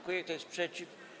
Kto jest przeciw?